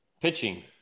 Pitching